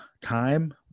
time